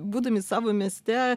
būdami savo mieste